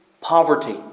poverty